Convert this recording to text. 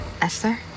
Esther